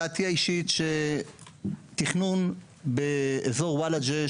דעתי האישית היא שתכנון באזור וולאג'ה,